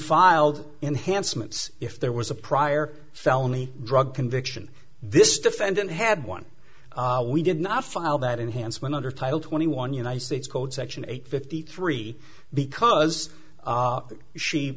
filed enhanced mintz if there was a prior felony drug conviction this defendant had one we did not file that enhancement under title twenty one united states code section eight fifty three because